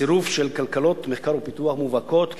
צירוף של כלכלות מחקר ופיתוח מובהקות,